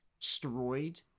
destroyed